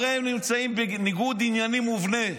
הרי הם נמצאים בניגוד עניינים מובנה.